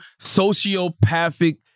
sociopathic